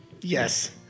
Yes